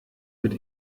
mit